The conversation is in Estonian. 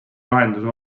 lahenduse